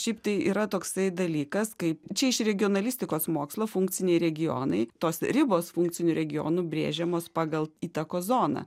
šiaip tai yra toksai dalykas kaip čia iš regionalistikos mokslo funkciniai regionai tos ribos funkcinių regionų brėžiamos pagal įtakos zoną